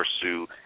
pursue